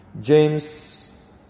James